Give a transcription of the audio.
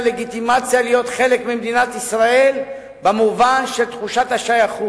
לגיטימציה להיות חלק ממדינת ישראל במובן של תחושת השייכות.